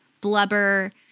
blubber